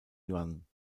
yuan